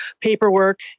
paperwork